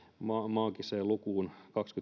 maagiseen lukuun